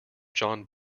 john